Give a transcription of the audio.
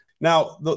Now